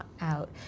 out